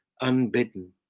unbidden